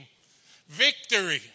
victory